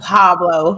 Pablo